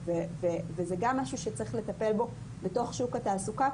זה גם משהו שצריך לטפל בו בתוך שוק התעסוקה,